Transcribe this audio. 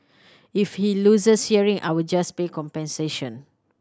if he loses hearing I'll just pay compensation